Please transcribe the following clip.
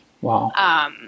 Wow